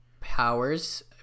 powers